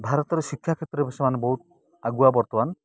ଭାରତର ଶିକ୍ଷା କ୍ଷେତ୍ରରେ ସେମାନେ ବହୁତ ଆଗୁଆ ବର୍ତ୍ତମାନ